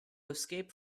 escape